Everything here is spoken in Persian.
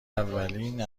اولین